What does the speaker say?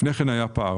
לפני כן היה פער.